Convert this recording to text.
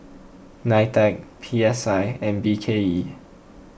Nitec P S I and B K E